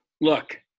look